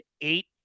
eight